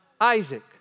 Isaac